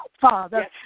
Father